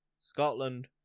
Scotland